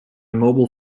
mobile